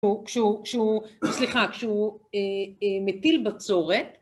כשהוא, סליחה, כשהוא מטיל בצורת.